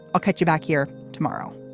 i'll catch you back here tomorrow